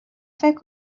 فکر